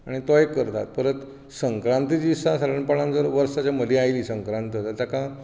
आनी तो एक करतात परत संक्रांती दिसा सादारणपणान जर वर्साचे मदीं आयली संक्रांत जाल्यार ताका